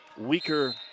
weaker